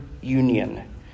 union